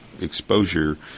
exposure